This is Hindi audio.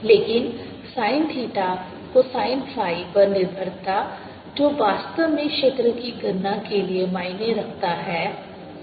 लेकिन sin थीटा cosine फ़ाई पर निर्भरता जो वास्तव में क्षेत्र की गणना के लिए मायने रखता है ऐसा है